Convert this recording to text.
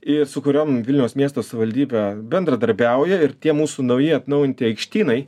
ir su kuriom vilniaus miesto savivaldybė bendradarbiauja ir tie mūsų nauji atnaujinti aikštynai